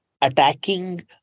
attacking